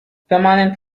permanent